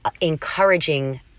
encouraging